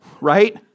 right